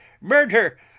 murder